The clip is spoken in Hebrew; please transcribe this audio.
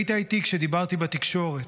היית איתי כשדיברתי בתקשורת.